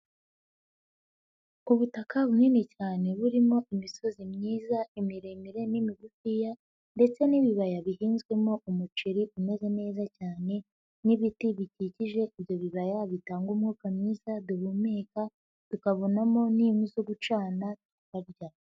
Ubutaka bunini cyane burimo imisozi myiza, imiremire n'imigufiya ndetse n'ibibaya bihinzwemo umuceri umeze neza cyane n'ibiti bikikije ibyo bibaya bitanga umwuka mwiza duhumeka, tukabonamo n'inkwi zo gucana tukarya.